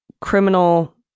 criminal